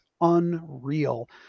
unreal